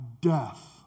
death